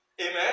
Amen